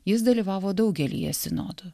jis dalyvavo daugelyje sinodų